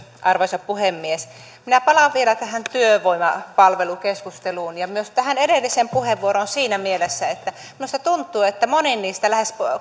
arvoisa puhemies minä palaan vielä tähän työvoimapalvelukeskusteluun ja myös tähän edelliseen puheenvuoroon siinä mielessä että minusta tuntuu että moni niistä lähes